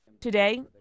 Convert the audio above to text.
Today